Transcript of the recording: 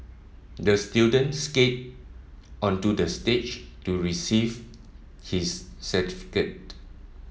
the student skated onto the stage to receive his certificate